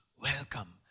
welcome